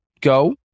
go